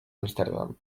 amsterdam